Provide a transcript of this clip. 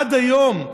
עד היום,